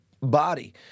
body